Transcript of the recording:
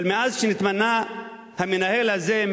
אבל מאז נתמנה המנהל הזה,